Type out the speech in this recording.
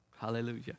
Hallelujah